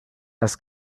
das